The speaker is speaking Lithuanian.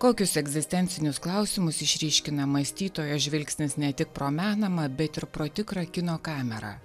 kokius egzistencinius klausimus išryškina mąstytojo žvilgsnis ne tik pro menamą bet ir pro tikrą kino kamerą